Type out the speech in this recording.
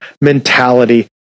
mentality